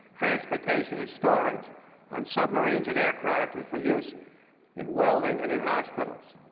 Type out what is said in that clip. transportation, and storage on submarines and aircraft and for use in welding and in hospitals.